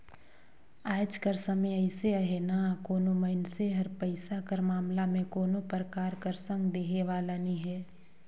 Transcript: आएज कर समे अइसे अहे ना कोनो मइनसे हर पइसा कर मामला में कोनो परकार कर संग देहे वाला नी हे